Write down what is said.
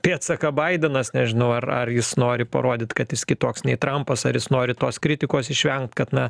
pėdsaką baidenas nežinau ar ar jis nori parodyt kad jis kitoks nei trampas ar jis nori tos kritikos išvengt kad na